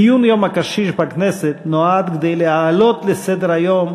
ציון יום הקשיש בכנסת נועד להעלות לסדר-היום